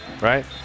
right